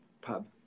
Pub